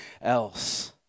else